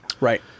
right